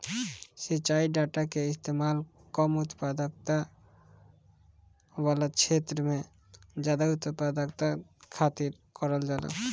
सिंचाई डाटा कअ इस्तेमाल कम उत्पादकता वाला छेत्र में जादा उत्पादकता खातिर करल जाला